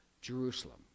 Jerusalem